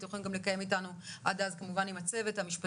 אתם יכולים גם לקיים איתנו עד אז כמובן עם הצוות המשפטי